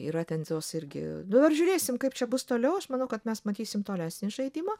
yra ten tos irgi dabar žiūrėsim kaip čia bus toliau aš manau kad mes matysim tolesnį žaidimą